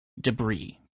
debris